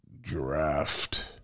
draft